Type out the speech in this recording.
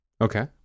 Okay